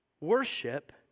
Worship